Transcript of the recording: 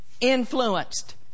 influenced